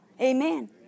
Amen